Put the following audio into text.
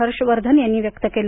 हर्ष वर्धन यांनी व्यक्त केलं